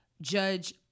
Judge